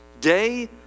Day